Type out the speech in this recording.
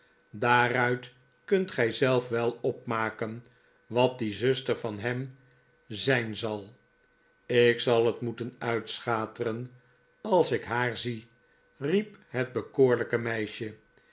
daaruit kunt gij zelf wel opmaken wat die zuster van hem zijn zal ik zal het moeten uitschateren als ik haar zie riep het bekoorlijke meisje